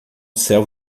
céu